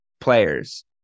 players